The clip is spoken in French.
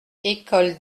école